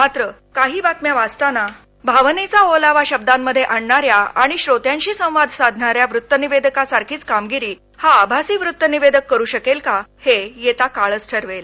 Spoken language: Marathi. मात्र काही बातम्या वाचताना भावनेचा ओलावा शब्दांमध्ये आणणाऱ्या आणि श्रोत्यांशी संवाद साधणाऱ्या वृत्त निवेदकांसारखीच कामगिरी हा आभासी वृत्त निवेदक करू शकेल का हे येता काळच ठरवेल